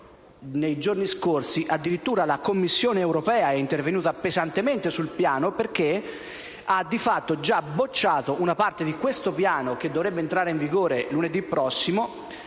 nei giorni scorsi addirittura la Commissione europea è intervenuta pesantemente sul piano perché ne ha di fatto già bocciato una parte che dovrebbe entrare in vigore lunedì prossimo,